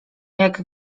jak